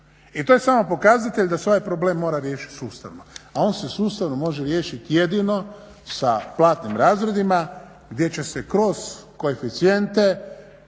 I to je samo pokazatelj da se ovaj problem mora riješiti sustavno, a on se sustavno može riješiti jedino sa platnim razredima gdje će se kroz koeficijente